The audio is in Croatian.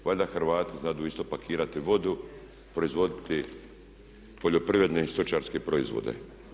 Valjda Hrvati znaju isto pakirati vodu, proizvoditi poljoprivredne i stočarske proizvode.